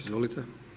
Izvolite.